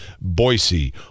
Boise